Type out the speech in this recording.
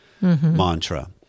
mantra